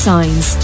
Signs